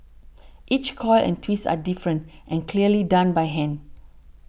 each coil and twist are different and clearly done by hand